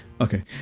okay